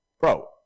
bro